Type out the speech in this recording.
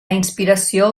inspiració